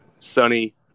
sunny